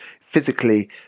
physically